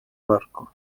barco